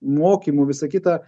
mokymų visa kita